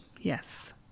Yes